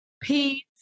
peace